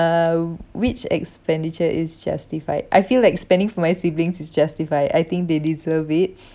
uh which expenditure is justified I feel like spending for my siblings is justified I think they deserve it